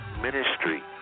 ministry